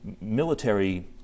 military